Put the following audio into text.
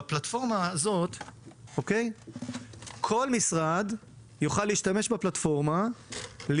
כל משרד יוכל להשתמש בפלטפורמה הזאת,